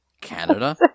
Canada